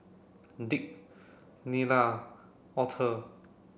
Dick Nilda Author